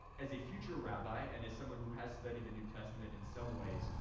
as a future rabbi, and as someone who has studied the new testament in some ways,